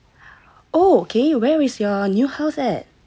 oh okay where is your new house at